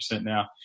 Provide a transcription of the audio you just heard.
now –